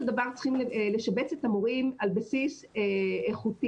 דבר צריכים לשבץ את המורים על בסיס איכותי.